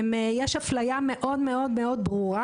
יש אפליה מאוד ברורה,